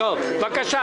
פנייה מס' 220 מפעלי מים.